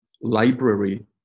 library